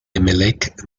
emelec